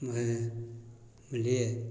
अँ बुझलिए